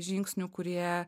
žingsnių kurie